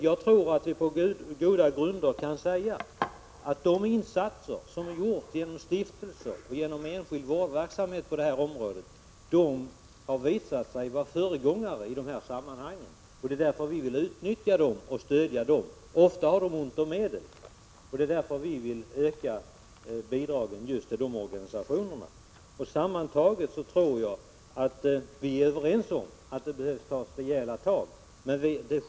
Jag tror att vi på goda grunder kan säga att de insatser som gjorts på detta område av stiftelser och genom enskild vårdverksamhet har visat sig vara banbrytande i dessa sammanhang. Det är därför som vi vill utnyttja och stödja dessa organisationer. De har ofta ont om medel, och därför vill vi öka bidragen till dem. Sammantaget tror jag att vi är överens om att det behöver tas rejäla tag.